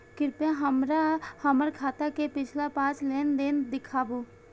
कृपया हमरा हमर खाता के पिछला पांच लेन देन दिखाबू